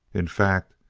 in fact,